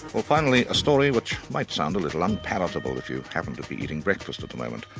well finally a story which might sound a little unpalatable if you happen to be eating breakfast at the moment.